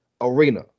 arena